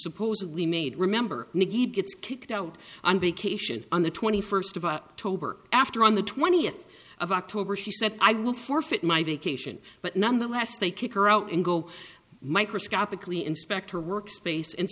supposedly made remember nikki gets kicked out on vacation on the twenty first of tobar after on the twentieth of october she said i would forfeit my vacation but nonetheless they kick her out and go microscopically inspector workspace and